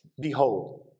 Behold